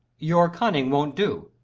your cunuing won't do.